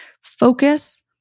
focus